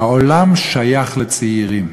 העולם שייך לצעירים.